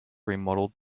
remodeled